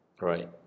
Right